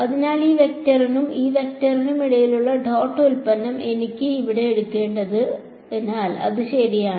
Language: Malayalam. അതിനാൽ ഈ വെക്ടറിനും ഈ വെക്ടറിനും ഇടയിലുള്ള ഡോട്ട് ഉൽപ്പന്നം എനിക്ക് ഇവിടെ എടുക്കേണ്ടതിനാൽ അത് ശരിയാണ്